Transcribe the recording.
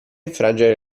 infrangere